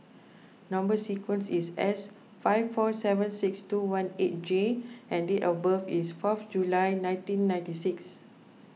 Number Sequence is S five four seven six two one eight J and date of birth is fourth July nineteen ninety six